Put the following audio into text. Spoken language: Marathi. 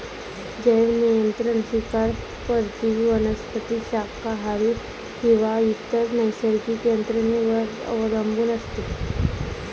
जैवनियंत्रण शिकार परजीवी वनस्पती शाकाहारी किंवा इतर नैसर्गिक यंत्रणेवर अवलंबून असते